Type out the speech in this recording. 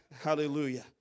hallelujah